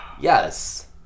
yes